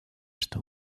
что